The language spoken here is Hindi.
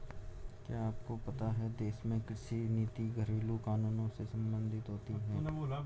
क्या आपको पता है देश में कृषि नीति घरेलु कानूनों से सम्बंधित होती है?